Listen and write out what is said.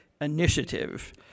Initiative